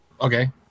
Okay